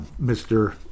Mr